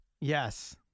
Yes